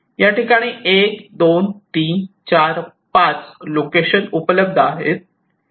याठिकाणी 12345 लोकेशन उपलब्ध आहेत